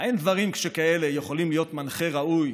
האין דברים שכאלה יכולים להיות מנחה ראוי